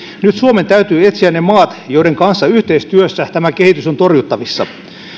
nyt suomen täytyy etsiä ne maat joiden kanssa yhteistyössä tämä kehitys on torjuttavissa